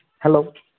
hello